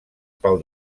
pel